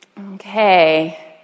Okay